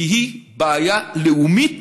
כי היא בעיה לאומית